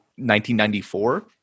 1994